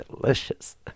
delicious